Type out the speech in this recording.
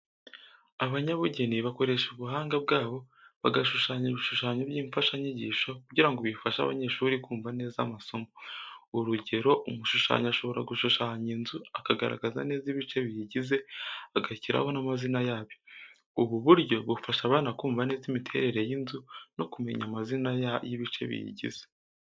Abanyabugeni bakoresha ubuhanga bwabo bagashushanya ibishushanyo by'imfashanyigisho kugira ngo bifashe abanyeshuri kumva neza amasomo. Urugero, umushushanyi ashobora gushushanya inzu, akagaragaza neza ibice biyigize agashyiraho n'amazina yabyo. Ubu buryo bufasha abana kumva neza imiterere y'inzu no kumenya amazina y'ibice biyigize.